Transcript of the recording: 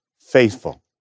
faithful